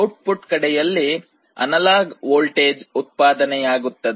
output ಕಡೆಯಲ್ಲಿ analogue voltage ಉತ್ಪಾದನೆಯಾಗುತ್ತದೆ